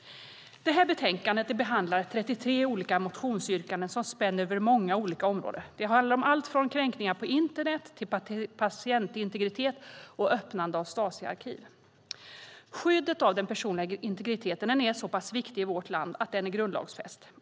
Det här betänkandet behandlar 33 olika motionsyrkanden som spänner över många olika områden. Det handlar om alltifrån kränkningar på internet till patientintegritet och öppnande av Stasiarkiv. Skyddet av den personliga integriteten är så pass viktig i vårt land att den är grundlagsfäst.